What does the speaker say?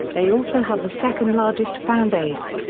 they also have the second largest fanbase.